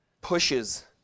pushes